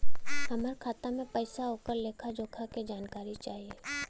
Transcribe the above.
हमार खाता में पैसा ओकर लेखा जोखा के जानकारी चाही?